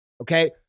okay